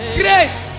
grace